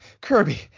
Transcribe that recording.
Kirby